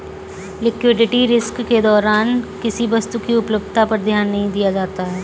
liquidity risk के दौरान किसी वस्तु की उपलब्धता पर ध्यान दिया जाता है